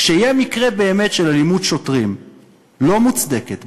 כשיהיה באמת מקרה של אלימות שוטרים לא מוצדקת,